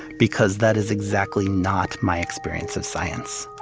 because that is exactly not my experience of science.